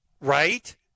Right